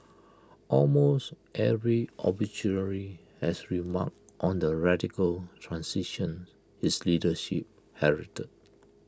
almost every obituary has remarked on the radical transition his leadership heralded